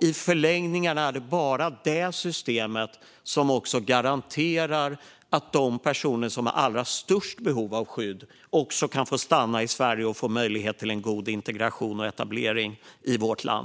I förlängningen är det också bara detta system som garanterar att de personer som har allra störst behov av skydd kan få stanna i Sverige och få möjlighet till en god integration och etablering i vårt land.